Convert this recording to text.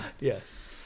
yes